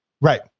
right